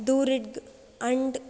during and